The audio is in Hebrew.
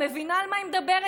היא מבינה מה היא מדברת,